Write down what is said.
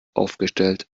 aufgestellt